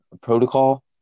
protocol